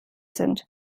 sind